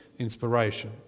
Inspiration